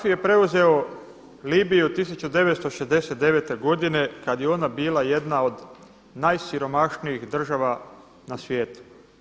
Gaddafi je preuzeo Libiju 1969. godine kada je ona bila jedna od najsiromašnijih država na svijetu.